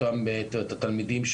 מודיעין זו עיר בינונית,